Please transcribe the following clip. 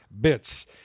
bits